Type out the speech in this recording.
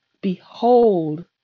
Behold